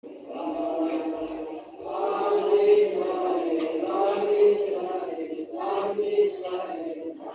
בה, בה, בה, בה, עם ישראל, עם ישראל, עם ישראל...